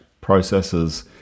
processes